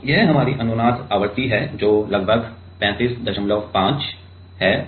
तो यह हमारी अनुनाद आवृत्ति है जो लगभग 355 है